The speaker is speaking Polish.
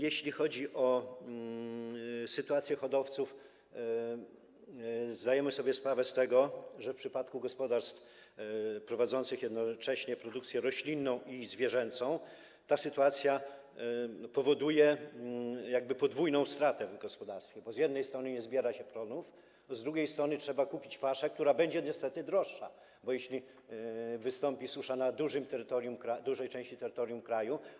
Jeśli chodzi o sytuację hodowców, zdajemy sobie sprawę z tego, że w przypadku gospodarstw prowadzących jednocześnie produkcję roślinną i zwierzęcą ta sytuacja powoduje podwójną stratę w gospodarstwie, bo z jednej strony nie zbiera się plonów, z drugiej strony trzeba kupić paszę, która będzie niestety droższa, jeśli wystąpi susza na dużym terytorium, dużej części terytorium kraju.